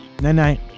Night-night